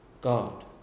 god